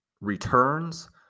returns